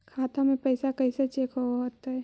खाता में पैसा कैसे चेक हो तै?